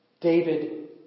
David